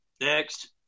Next